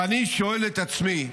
ואני שואל את עצמי: